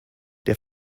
der